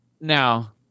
now